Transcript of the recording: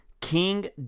King